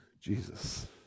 Jesus